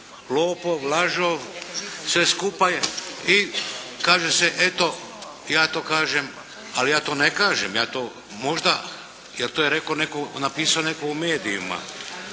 lopov, lažov, sve skupa. I kaže se: Eto, ja to kažem. Ali ja to ne kažem. Ja to možda jer to je rekao netko, napisao netko u medijima.